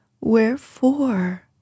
Wherefore